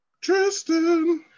Tristan